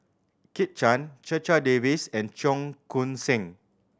Kit Chan Checha Davies and Cheong Koon Seng